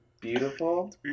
beautiful